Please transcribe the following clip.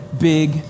big